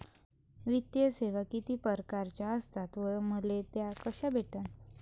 वित्तीय सेवा कितीक परकारच्या असतात व मले त्या कशा भेटन?